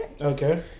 okay